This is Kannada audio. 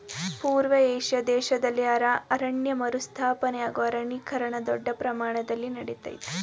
ಪೂರ್ವ ಏಷ್ಯಾ ದೇಶ್ದಲ್ಲಿ ಅರಣ್ಯ ಮರುಸ್ಥಾಪನೆ ಹಾಗೂ ಅರಣ್ಯೀಕರಣ ದೊಡ್ ಪ್ರಮಾಣ್ದಲ್ಲಿ ನಡಿತಯ್ತೆ